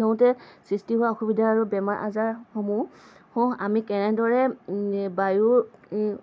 লওঁতে সৃষ্টি হোৱা অসুবিধা আৰু বেমাৰ আজাৰসমূহ আমি কেনেদৰে বায়ুৰ